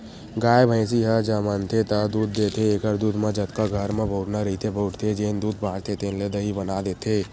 गाय, भइसी ह जमनथे त दूद देथे एखर दूद म जतका घर म बउरना रहिथे बउरथे, जेन दूद बाचथे तेन ल दही बना देथे